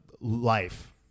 life